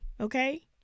Okay